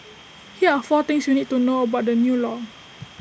here are four things you need to know about the new law